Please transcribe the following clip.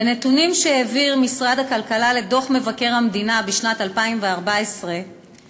בנתונים של משרד הכלכלה בדוח מבקר המדינה לשנת 2014 נקבע